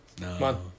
No